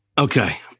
Okay